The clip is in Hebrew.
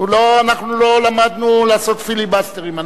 אנחנו לא למדנו לעשות פיליבסטרים.